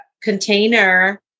container